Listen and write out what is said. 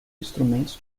instrumentos